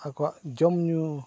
ᱟᱠᱚᱣᱟᱜ ᱡᱚᱢᱼᱧᱩ